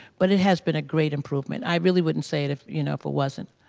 but it has been a great improvement. i really wouldn't say it if, you know, if it wasn't.